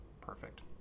perfect